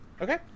Okay